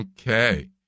Okay